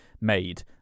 made